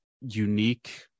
unique